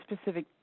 specific